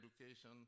education